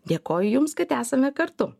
dėkoju jums kad esame kartu